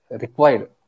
required